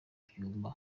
byumba